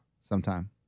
Sometime